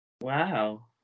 Wow